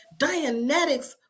Dianetics